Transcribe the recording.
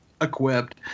equipped